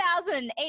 2008